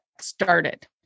started